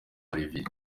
olivier